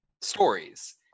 stories